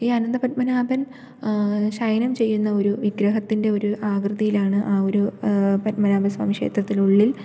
ഈ അനന്തപത്മനാഭൻ ശയനം ചെയ്യുന്ന ഒരു വിഗ്രഹത്തിൻ്റെ ഒരു ആകൃതിയിലാണ് ആയൊരു പദ്മനാഭസ്വാമി ക്ഷേത്രത്തിനുള്ളിൽ